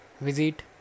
visit